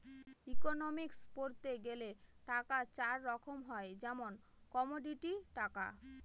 economics পড়তে গেলে টাকা চার রকম হয় যেমন কমোডিটি টাকা